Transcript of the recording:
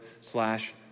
slash